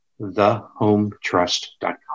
thehometrust.com